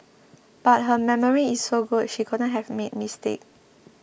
but her memory is so good she couldn't have made mistake